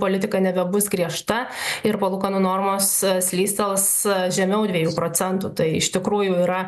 politika nebebus griežta ir palūkanų normos slystels žemiau dviejų procentų tai iš tikrųjų yra